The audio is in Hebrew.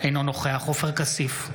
אינו נוכח עופר כסיף,